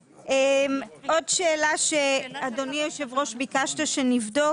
עוד שאלה, אדוני היושב ראש, שביקשת שנבדוק.